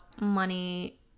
money